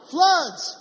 Floods